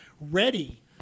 ready